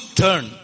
turn